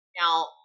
Now